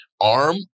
arm